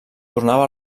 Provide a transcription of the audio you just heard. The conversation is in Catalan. tornava